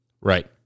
Right